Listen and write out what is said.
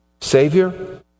Savior